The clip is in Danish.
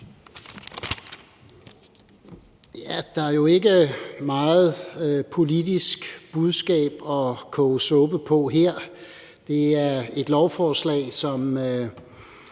Der er jo ikke meget politisk budskab at koge suppe på her. Det er et lovforslag, som